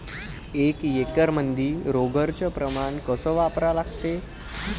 एक एकरमंदी रोगर च प्रमान कस वापरा लागते?